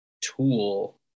tool